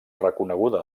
reconeguda